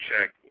check